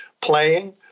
playing